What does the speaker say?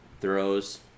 Throws